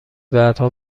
بعدها